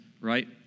right